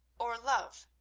or love?